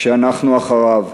כשאנחנו אחריו.